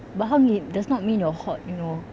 bahang it does not mean you're hot you know